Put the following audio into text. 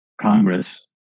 congress